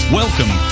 welcome